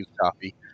coffee